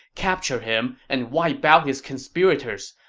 capture him, and wipe out his conspirators?